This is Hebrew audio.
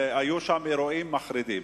והיו שם אירועים מחרידים.